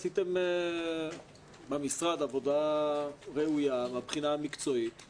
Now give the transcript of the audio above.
שעשיתם במשרד עבודה ראויה מהבחינה המקצועית ואני